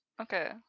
Okay